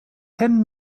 ten